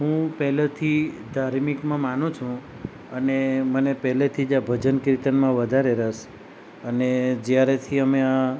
હું પહેલેથી ધાર્મિકમાં માનું છું અને મને પહેલેથી જ આ ભજન કીર્તનમાં વધારે રસ અને જ્યારેથી અમે આ